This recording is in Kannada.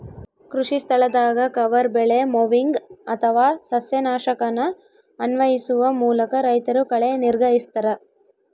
ಕೃಷಿಸ್ಥಳದಾಗ ಕವರ್ ಬೆಳೆ ಮೊವಿಂಗ್ ಅಥವಾ ಸಸ್ಯನಾಶಕನ ಅನ್ವಯಿಸುವ ಮೂಲಕ ರೈತರು ಕಳೆ ನಿಗ್ರಹಿಸ್ತರ